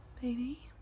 Baby